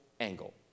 angle